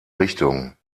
richtung